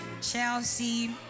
Chelsea